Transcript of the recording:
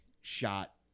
shot